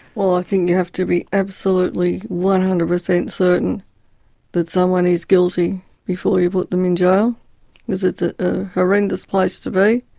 well, i think, you have to be absolutely one hundred per cent certain that someone is guilty before you put them in jail because it's a horrendous place to be.